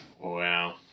Wow